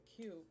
cute